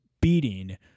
beating